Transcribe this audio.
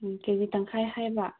ꯎꯝ ꯀꯦꯖꯤ ꯇꯪꯈꯥꯏ ꯍꯥꯏꯕ